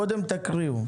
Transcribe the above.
קודם תקריאו.